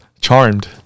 Charmed